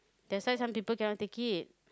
that's why some people cannot take it